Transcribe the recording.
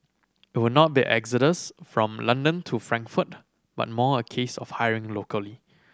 it will not be an exodus from London to Frankfurt but more a case of hiring locally